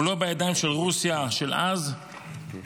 הוא לא בידיים של רוסיה של אז ולא